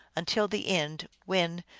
until the end, when,